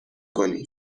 کنی